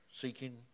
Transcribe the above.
seeking